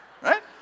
Right